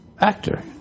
actor